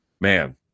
Man